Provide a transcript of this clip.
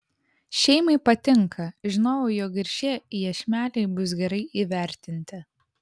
šeimai patinka žinojau jog ir šie iešmeliai bus gerai įvertinti